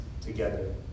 together